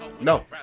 No